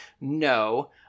No